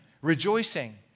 rejoicing